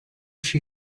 she